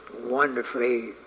wonderfully